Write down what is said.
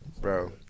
bro